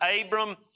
Abram